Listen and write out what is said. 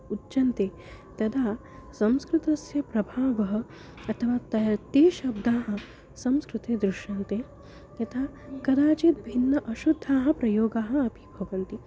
उच्यन्ते तदा संस्कृतस्य प्रभावः अथवा त ते शब्दाः संस्कृते दृश्यन्ते यथा कदाचित् भिन्नाः अशुद्धाः प्रयोगाः अपि भवन्ति